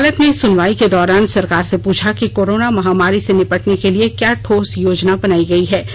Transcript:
अदालत ने सुनवाई के दौरान सरकार से पूछा कि कोरोना महामारी से निपटने के लिए क्या ठोस योजना बनाई गई है